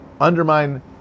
undermine